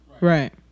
right